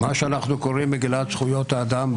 הוציאו את השוויון,